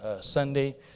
Sunday